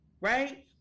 Right